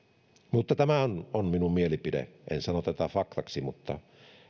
mutta tämä on on minun mielipiteeni en sano tätä faktaksi mutta